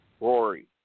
Rory